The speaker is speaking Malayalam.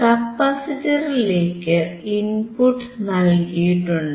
കപ്പാസിറ്ററിലേക്ക് ഇൻപുട്ട് നൽകിയിട്ടുണ്ട്